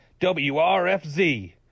WRFZ